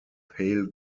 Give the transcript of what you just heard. pale